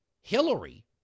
Hillary